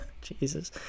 Jesus